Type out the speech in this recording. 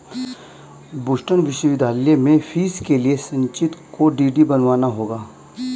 Boston विश्वविद्यालय में fees के लिए संचित को डी.डी बनवाना होगा